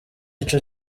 ico